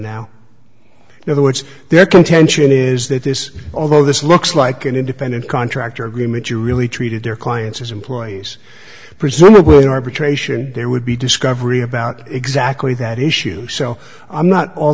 in other words their contention is that this although this looks like an independent contractor agreement you really treated their clients as employees presumably in arbitration there would be discovery about exactly that issue so i'm not all